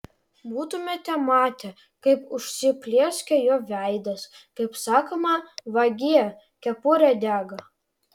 būtumėte matę kaip užsiplieskė jo veidas kaip sakoma vagie kepurė dega